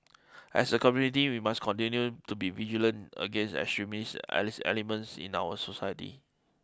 as a community we must continue to be vigilant against extremist Alice elements in our society